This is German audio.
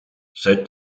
seit